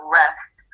rest